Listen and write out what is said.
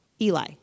Eli